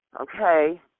Okay